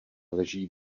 leží